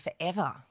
forever